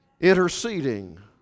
interceding